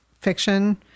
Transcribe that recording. fiction